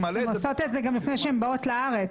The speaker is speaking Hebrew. הן עושות את זה גם לפני שהן באות לארץ.